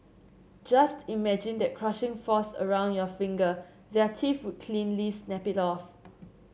just imagine that crushing force around your finger their teeth would cleanly snap it off